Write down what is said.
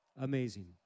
Amazing